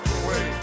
away